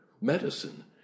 medicine